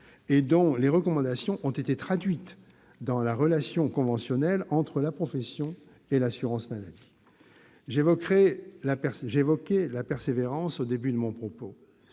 et dont les recommandations ont été traduites dans la relation conventionnelle entre la profession et l'assurance maladie. J'évoquais la persévérance au début de mon propos.